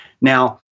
Now